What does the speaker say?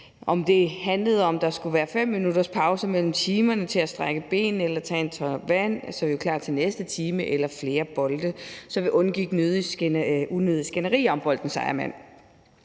om det handlede om, om der skulle være 5 minutters pause mellem timerne til at strække benene eller tage en tår vand, så vi var klar til næste time, eller om det handlede om flere bolde, så vi undgik unødige skænderier om boldens ejermand.